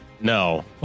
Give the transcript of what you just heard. No